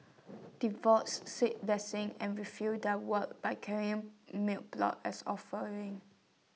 devotees seek blessings and refill their vows by carrying milk plot as offerings